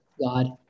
God